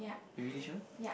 you really sure